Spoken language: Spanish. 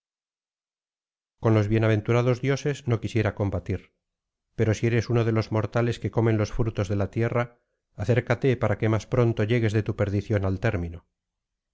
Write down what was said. con los bienaventurados dioses no quisiera combatir pero si eres uno de los mortales que conien los frutos de la tierra acércate para que más pronto llegues de tu perdición al término